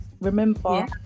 remember